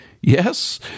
Yes